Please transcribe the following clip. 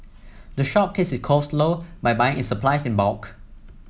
the shop keeps its costs low by buying its supplies in bulk